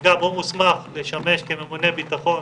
אגב, הוא מוסמך לשמש כממונה בטחון